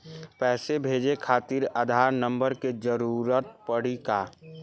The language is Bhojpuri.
पैसे भेजे खातिर आधार नंबर के जरूरत पड़ी का?